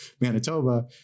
Manitoba